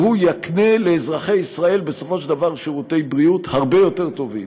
והוא יקנה לאזרחי ישראל בסופו של דבר שירותי בריאות הרבה יותר טובים.